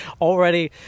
already